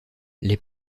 les